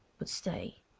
but stay!